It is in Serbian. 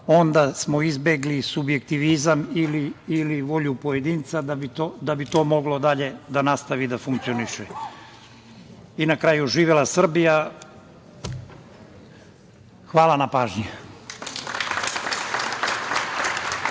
onda smo izbegli subjektivizam ili volju pojedinca, da bi to moglo dalje da nastavi da funkcioniše. Na kraju, živela Srbija i hvala na pažnji.